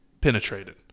penetrated